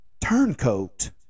turncoat